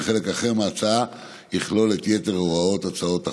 וחלק אחר מההצעה יכלול את יתר הוראות הצעת החוק.